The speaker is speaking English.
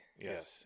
Yes